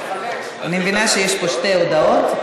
אני מבינה שיש פה שתי הודעות,